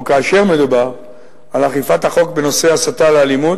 או כאשר מדובר על אכיפת החוק בנושא הסתה לאלימות,